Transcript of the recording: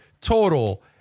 Total